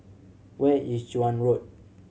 where is Joan Road